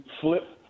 flip